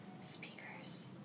speakers